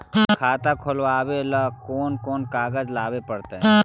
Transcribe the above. खाता खोलाबे ल कोन कोन कागज लाबे पड़तै?